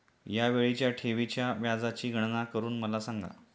या वेळीच्या ठेवीच्या व्याजाची गणना करून मला सांगा